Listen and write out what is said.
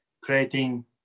creating